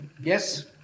Yes